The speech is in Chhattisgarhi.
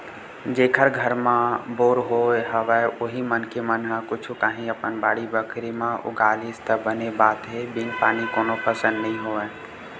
जेखर घर म बोर होय हवय उही मनखे मन ह कुछु काही अपन बाड़ी बखरी म उगा लिस त बने बात हे बिन पानी कोनो फसल नइ होय